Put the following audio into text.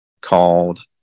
called